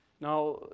Now